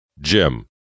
Jim